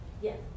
Yes